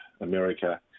America